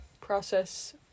process